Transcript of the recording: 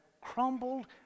crumbled